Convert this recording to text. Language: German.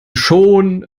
schon